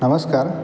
नमस्कार